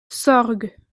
sorgues